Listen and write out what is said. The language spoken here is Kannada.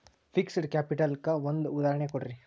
ಫಿಕ್ಸ್ಡ್ ಕ್ಯಾಪಿಟಲ್ ಕ್ಕ ಒಂದ್ ಉದಾಹರ್ಣಿ ಕೊಡ್ರಿ